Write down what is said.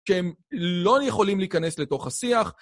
שהם לא יכולים להיכנס לתוך השיח.